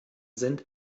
sind